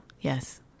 Yes